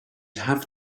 have